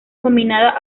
nominada